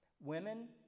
Women